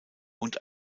und